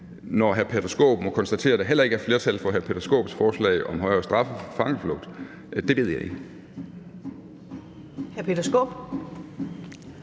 når hr. Peter Skaarup må konstatere, at der heller ikke flertal for hr. Peter Skaarups forslag om højere straffe for fangeflugt, ved jeg ikke.